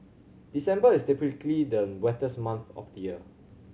December is typically the wettest month of the year